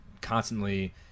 constantly